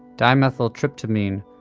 dimethyltryptamine,